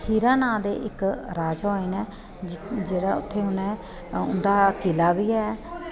हीरा नांऽ दे इक राजा होए न जेह्ड़ा उत्थें उ'नें उं'दा इक किला बी ऐ